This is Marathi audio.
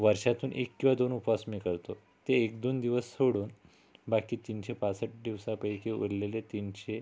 वर्षातून एक किंवा दोन उपवास मी करतो ते एक दोन दिवस सोडून बाकी तीनशे पासष्ट दिवसांपैकी उरलेले तीनशे